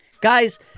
Guys